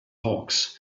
hawks